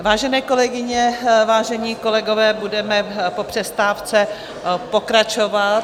Vážené kolegyně, vážení kolegové, budeme po přestávce pokračovat.